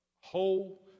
whole